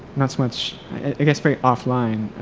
not so much, i guess very offline,